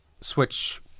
Switch